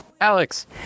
Alex